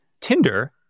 Tinder